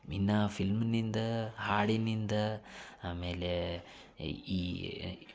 ಇನ್ನು ಫಿಲ್ಮ್ನಿಂದ ಹಾಡಿನಿಂದ ಆಮೇಲೆ ಈ